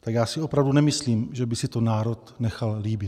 tak já si opravdu nemyslím, že by si to národ nechal líbit.